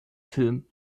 film